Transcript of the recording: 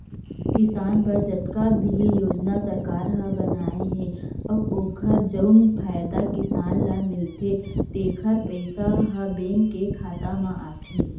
किसान बर जतका भी योजना सरकार ह बनाए हे अउ ओकर जउन फायदा किसान ल मिलथे तेकर पइसा ह बेंक के खाता म आथे